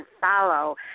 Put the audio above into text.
follow